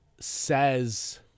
says